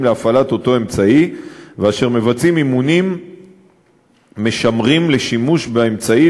להפעלת אותו אמצעי ואשר מבצעים אימונים משמרים לשימוש באמצעי,